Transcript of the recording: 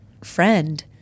friend